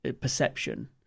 perception